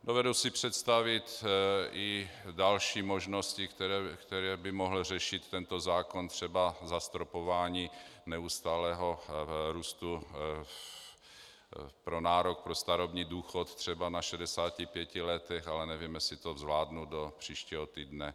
Dovedu si představit i další možnosti, které by mohl řešit tento zákon, třeba zastropování neustálého růstu pro nárok na starobní důchod třeba na 65 letech, ale nevím, jestli to zvládnu do příštího týdne.